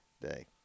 day